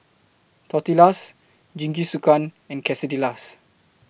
Tortillas Jingisukan and Quesadillas